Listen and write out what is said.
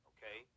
Okay